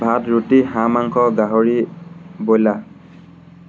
ভাত ৰুটি হাঁহ মাংস গাহৰি ব্ৰইলাৰ